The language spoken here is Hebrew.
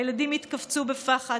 הילדים התכווצו בפחד,